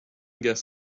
guess